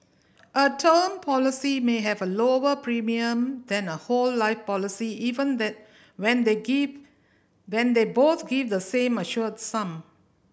a term policy may have a lower premium than a whole life policy even then when they give when they both give the same assured sum